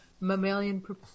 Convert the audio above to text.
Mammalian